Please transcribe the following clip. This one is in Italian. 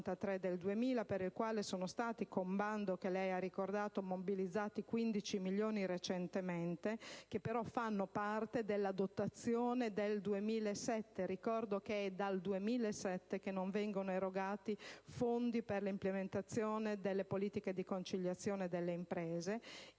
del 2000, per il quale sono stati, con bando che lei ha ricordato, recentemente mobilizzati 15 milioni di euro, che fanno parte però della dotazione del 2007. Al riguardo, ricordo che dal 2007 non vengono erogati fondi per l'implementazione delle politiche di conciliazione delle imprese.